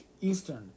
Eastern